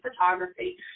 photography